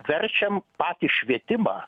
verčiam patį švietimą